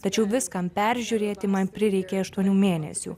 tačiau viskam peržiūrėti man prireikė aštuonių mėnesių